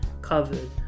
covered